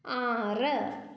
ആറ്